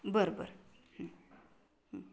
बरं बरं